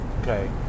okay